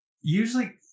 usually